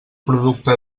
producte